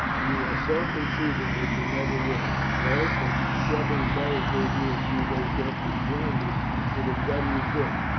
and you are so conceited that you never will. i hoped that drubbing beric gave you a few days after he joined us would have done you good,